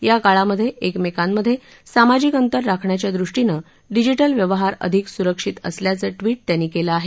या काळामध्ये एकमेकांमध्ये ससामाजिक अंतर राखण्याच्या दृष्टीनं डिजिटल व्यवहार अधिक सुरक्षित असल्याचं त्यांनी ट्विट त्यांनी केलं आहे